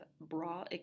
bra